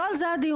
לא על זה הדיון.